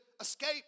escape